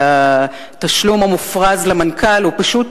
והתשלום המופרז למנכ"ל הוא פשוט